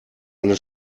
eine